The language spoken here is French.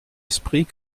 esprit